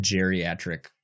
geriatric